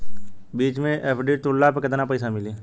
बीच मे एफ.डी तुड़ला पर केतना पईसा मिली?